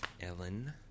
Ellen